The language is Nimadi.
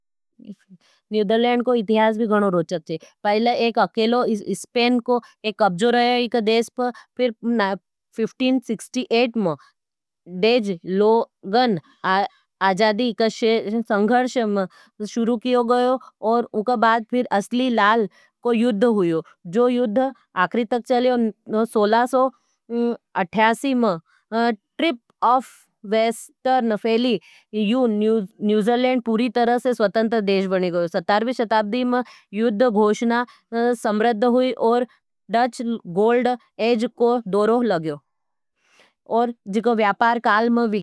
निदरलेंड को इतिहास भी गणो रोचक छे। पहले एक अकेलो स्पेन को एक कब्जों रहे इके देश पर फिर पंद्रह सौ अड़सठ में देज लोगन आजादी का संघर्ष शुरू कियो गयो। और उका बाद फिर असली लाल को युद्ध हुयो। जो युद्ध आखरी तक चली और सौलह सौ अट्ठासी में ट्रिप अफ वेस्टर्न फेली यू निदरलेंड पूरी तरह से स्वतंत्र देश बनी गयो। सत्रहवी शताब्दी में युद्ध घोशना सम्रद्ध हुई और डज्ज गोल्ड एज्ज को दोरो लगयो। और जिको व्यापार का।